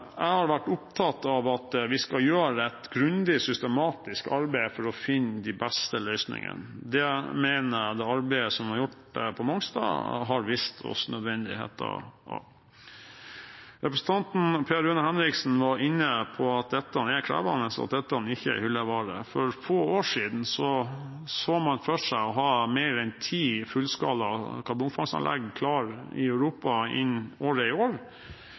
jeg har vært opptatt av at vi skal gjøre et grundig, systematisk arbeid for å finne de beste løsningene. Det mener jeg det arbeidet som er gjort på Mongstad, har vist oss nødvendigheten av. Representanten Per Rune Henriksen var inne på at dette er krevende, og at dette ikke er hyllevare. For få år siden så man for seg å ha mer enn ti fullskala karbonfangstanlegg klare i Europa innen dette året.